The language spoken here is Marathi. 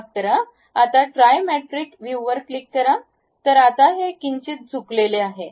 तर आता ते किंचित झुकलेले आहे